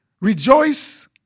Rejoice